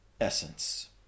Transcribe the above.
essence